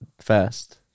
fast